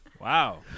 Wow